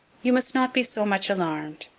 you must not be so much alarmed